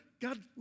God